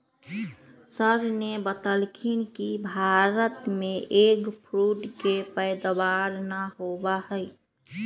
sir ने बतल खिन कि भारत में एग फ्रूट के पैदावार ना होबा हई